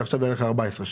זה יעלה עכשיו 14 שקל.